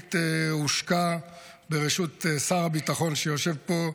והתוכנית הושקה בראשות שר הביטחון שיושב פה,